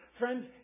Friends